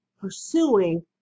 pursuing